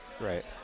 Right